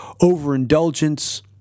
overindulgence